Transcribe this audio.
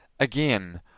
Again